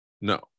No